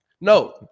No